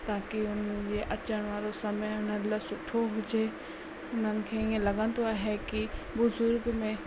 ताकी उहे अचण वारो समय हुननि लाइ सुठो हुजे हुननि खे ईअं लॻंदोे आहे की बुज़ुर्ग में